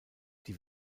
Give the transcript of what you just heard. die